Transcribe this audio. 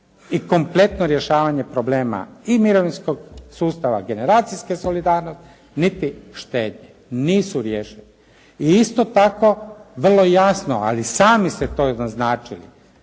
i kompletno rješavanje problema i mirovinskog sustava generacijske solidarnosti niti štednje. Nisu riješeni. I isto tako vrlo jasno ali sami ste to i naznačili